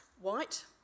white